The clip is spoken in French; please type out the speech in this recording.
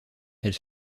elle